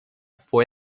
fue